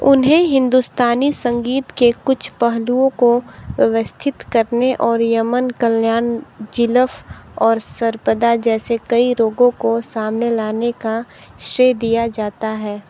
उन्हें हिंदुस्तानी संगीत के कुछ पहलुओं को व्यवस्थित करने और यमन कल्याण ज़ीलफ़ और सर्पदा जैसे कई रागों को सामने लाने का श्रेय दिया जाता है